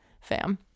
fam